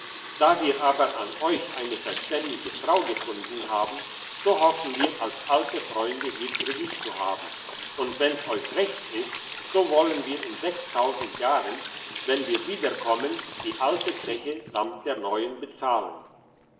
da wir aber an euch eine verständige frau gefunden haben so hoffen wir als alte freunde hier kredit zu haben und wenn's euch recht ist so wollen wir in sechstausend jahren wenn wir wiederkommen die alte zeche samt der neuen bezahlen